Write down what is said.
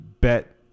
bet